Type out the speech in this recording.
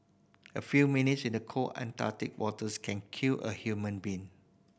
a few minutes in the cold Antarctic waters can kill a human being